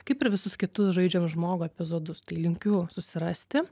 kaip ir visus kitus žaidžiam žmogų epizodus tai linkiu susirasti